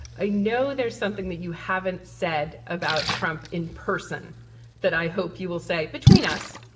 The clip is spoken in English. i know there's something that you haven't said about trump in person that i hope you will say between us.